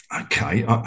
okay